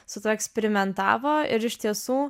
su tuo eksperimentavo ir iš tiesų